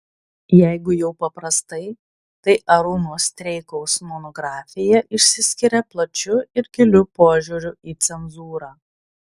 jeigu jau paprastai tai arūno streikaus monografija išsiskiria plačiu ir giliu požiūriu į cenzūrą